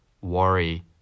worry